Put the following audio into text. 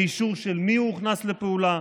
באישור של מי הוא הוכנס לפעולה,